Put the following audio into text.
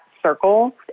Circle